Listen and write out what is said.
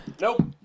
Nope